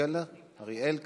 אריאל קלנר,